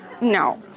No